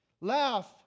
Laugh